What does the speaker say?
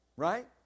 Right